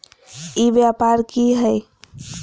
ई व्यापार की हाय?